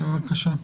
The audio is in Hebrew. בבקשה.